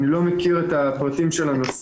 אני לא מכיר את הפרטים של הנושא.